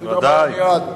ודאי.